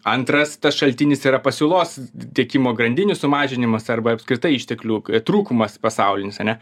antras tas šaltinis yra pasiūlos tiekimo grandinių sumažinimas arba apskritai išteklių trūkumas pasaulinis ane